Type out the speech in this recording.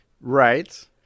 Right